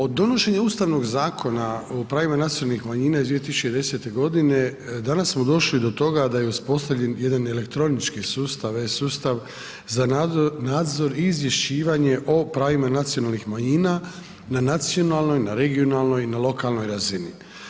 Od donošenja Ustavnog zakona o pravima nacionalnih manjina iz 2010. godine danas smo došli do toga da je uspostavljen jedan elektronički sustav e-sustav za nadzor i izvješćivanje o pravima nacionalnih manjina, na nacionalnoj, na regionalnoj i na lokalnoj razini.